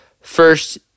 first